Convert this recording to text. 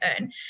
earn